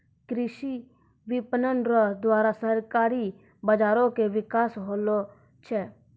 कृषि विपणन रो द्वारा सहकारी बाजारो के बिकास होलो छै